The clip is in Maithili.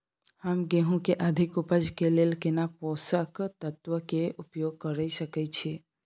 हम गेहूं के अधिक उपज के लेल केना पोषक तत्व के उपयोग करय सकेत छी?